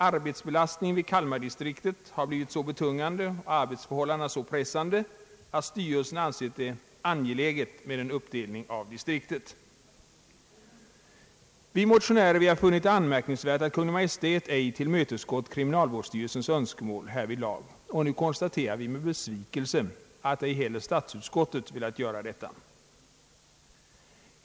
Arbetsbelastningen i Kalmardistriktet har blivit så betungande och arbetsförhållandena så pressande att styrelsen ansett det angeläget med en uppdelning av distriktet. Vi motionärer har funnit det anmärkningsvärt att Kungl. Maj:t ej tillmötesgått kriminalvårdsstyrelsens önskemål härvidlag. Nu konstaterar vi med besvikelse att ej heller statsutskottet velat göra detta.